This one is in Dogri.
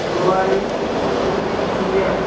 गुआई दित्ती दी ऐ